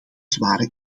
zware